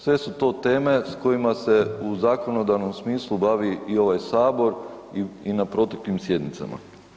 Sve su to teme s kojima se u zakonodavnom smislu bavi i ovaj Sabor i na proteklim sjednicama.